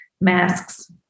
masks